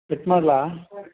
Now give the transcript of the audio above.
कट्माड्ला